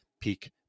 peak